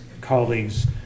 colleagues